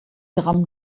gramm